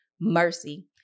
mercy